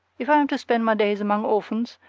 if i am to spend my days among orphans,